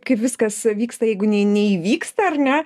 kaip viskas vyksta jeigu neįvyksta ar ne